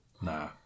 Nah